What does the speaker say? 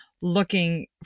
looking